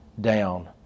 down